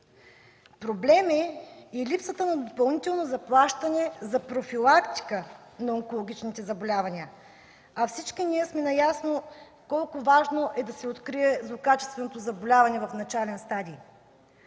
Проблем е и липсата на допълнително заплащане за профилактика на онкологичните заболявания, а всички ние сме наясно колко важно е да се открие злокачественото заболяване в начален стадий.